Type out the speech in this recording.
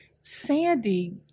Sandy